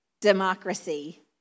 democracy